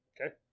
Okay